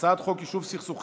נגד, אפס, נמנעים, אפס.